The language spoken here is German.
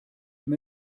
dem